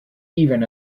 even